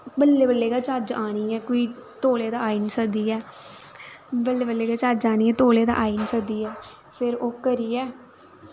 बल्लें बल्लें गै चज्ज आनी ऐ कोई तौले तै आई निं सकदी ऐ बल्लें बल्लें गै चज्ज आनी ऐ तौले ते आई निं सकदी ऐ फिर ओह् करियै